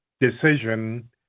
decision